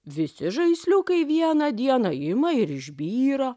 visi žaisliukai vieną dieną ima ir išbyra